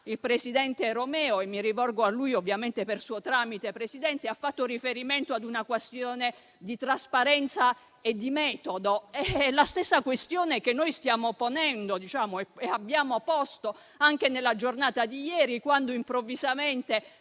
il presidente Romeo - mi rivolgo a lui ovviamente per suo tramite, Presidente - ha fatto riferimento ad una questione di trasparenza e di metodo. È la stessa questione che noi stiamo ponendo e abbiamo posto anche nella giornata di ieri, quando improvvisamente